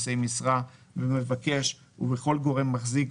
נושאי משרה במבקש ובכל גורם מחזיק,